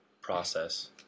process